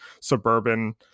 suburban